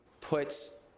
puts